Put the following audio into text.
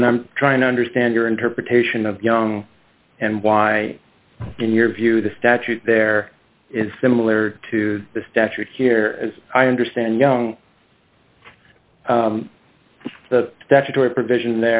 and i'm trying to understand your interpretation of young and why in your view the statute there is similar to the statute here as i understand young the statutory provision